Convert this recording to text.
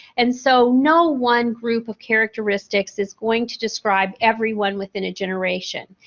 and, so no one group of characteristics is going to describe everyone within a generation.